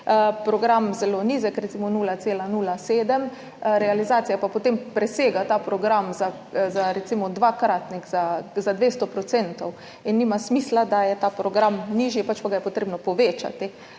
program zelo nizek, recimo 0,07, realizacija pa potem presega ta program za recimo dvakratnik, za 200 %, in nima smisla, da je ta program nižji, pač pa ga je treba povečati